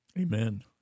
Amen